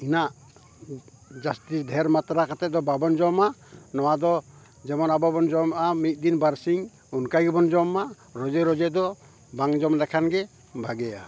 ᱤᱱᱟᱹᱜ ᱡᱟᱹᱥᱛᱤ ᱰᱷᱮᱨ ᱢᱟᱛᱨᱟ ᱠᱟᱛᱮᱫ ᱫᱚ ᱵᱟᱵᱚᱱ ᱡᱚᱢᱟ ᱱᱚᱣᱟ ᱫᱚ ᱡᱮᱢᱚᱱ ᱟᱵᱚ ᱵᱚᱱ ᱡᱚᱢᱮᱜᱼᱟ ᱢᱤᱫ ᱫᱤᱱ ᱵᱟᱨᱥᱤᱧ ᱚᱱᱠᱟ ᱜᱮᱵᱚᱱ ᱡᱚᱢᱢᱟ ᱨᱳᱡᱮ ᱨᱳᱡᱮ ᱫᱚ ᱵᱟᱝ ᱡᱚᱢ ᱞᱮᱠᱷᱟᱱ ᱜᱮ ᱵᱷᱟᱜᱮᱭᱟ